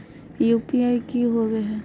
UPI की होबो है?